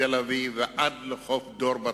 תל-אביב ועד לחוף דור בצפון.